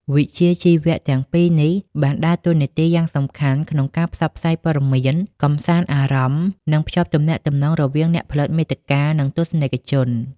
វិជ្ជាជីវៈទាំងពីរនេះ បានដើរតួនាទីយ៉ាងសំខាន់ក្នុងការផ្សព្វផ្សាយព័ត៌មាន កម្សាន្តអារម្មណ៍ និងភ្ជាប់ទំនាក់ទំនងរវាងអ្នកផលិតមាតិកា និងទស្សនិកជន។